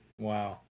Wow